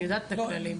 אני יודעת את הכללים.